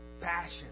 Passion